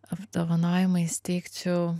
apdovanojimą įsteigčiau